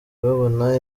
babona